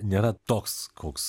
nėra toks koks